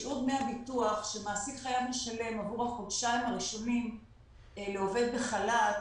שיעור דמי הביטוח שמעסיק חייב לשלם עבור החודשיים הראשונים לעובד בחל"ת